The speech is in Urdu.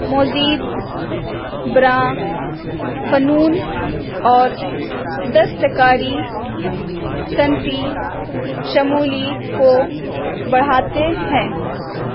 مزید براہ فنون اور دستکاری صنفی شمولیت کو بڑھاتے ہیں